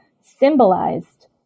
symbolized